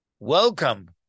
welcome